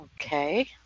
Okay